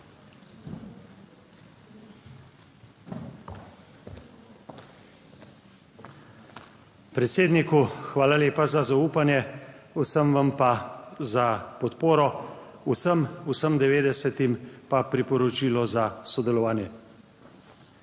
Predsedniku, hvala lepa za zaupanje vsem, vam pa za podporo vsem, vsem 90 pa priporočilo za sodelovanje.